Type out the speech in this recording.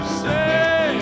say